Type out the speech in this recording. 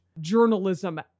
journalism